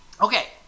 Okay